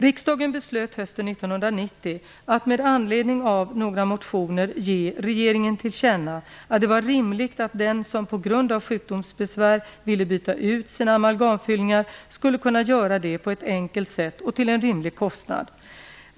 Riksdagen beslöt hösten 1990 att med anledning av några motioner ge regeringen till känna att det var rimligt att den som på grund av sjukdomsbesvär ville byta ut sina amalgamfyllningar skulle kunna göra det på ett enkelt sätt och till en rimlig kostnad.